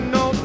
no